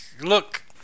Look